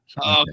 Okay